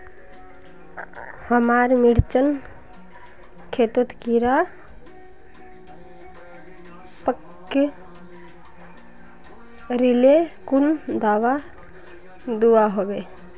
हमार मिर्चन खेतोत कीड़ा पकरिले कुन दाबा दुआहोबे?